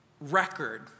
record